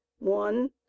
One